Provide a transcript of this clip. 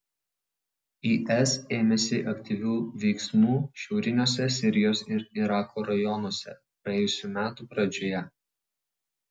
is ėmėsi aktyvių veiksmų šiauriniuose sirijos ir irako rajonuose praėjusių metų pradžioje